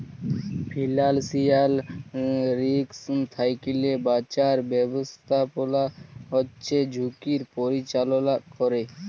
financial risk থ্যাইকে বাঁচার ব্যবস্থাপলা হছে ঝুঁকির পরিচাললা ক্যরে